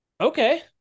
Okay